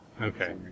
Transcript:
Okay